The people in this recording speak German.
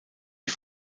die